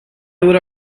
would